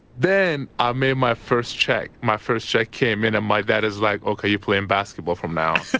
then i made my first check, my first check came in and my dad is like, ok, you playing basketball from now.